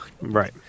Right